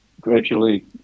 gradually